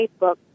Facebook